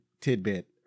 tidbit